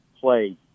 play